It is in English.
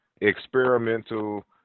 experimental